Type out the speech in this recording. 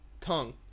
tongue